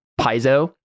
Paizo